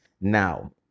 Now